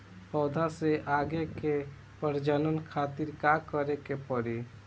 पौधा से आगे के प्रजनन खातिर का करे के पड़ी?